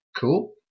cool